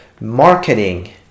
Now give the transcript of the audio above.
marketing